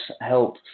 help